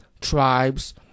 tribes